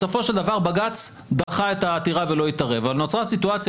בסופו של דבר בג"צ דחה את העתירה ולא התערב אבל נוצרה סיטואציה